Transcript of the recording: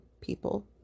people